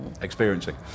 experiencing